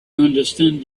understand